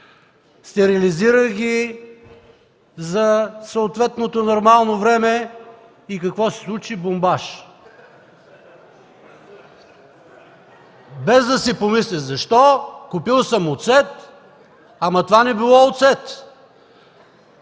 стерилизирах ги за съответното нормално време и какво се случи – бомбаж. (Смях и оживление.) Без да си помисля защо? Купил съм оцет, ама, това не било оцет.